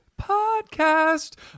Podcast